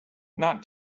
not